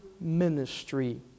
ministry